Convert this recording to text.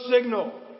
signal